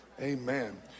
Amen